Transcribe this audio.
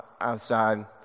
outside